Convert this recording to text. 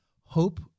Hope